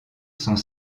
sont